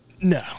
No